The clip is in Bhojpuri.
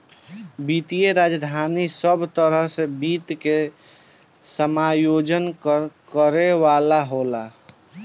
वित्तीय राजधानी सब तरह के वित्त के समायोजन करे वाला होला